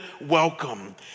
welcome